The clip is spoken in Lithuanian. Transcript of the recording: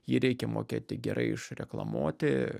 jį reikia mokėti gerai išreklamuoti